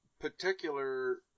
particular